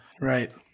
Right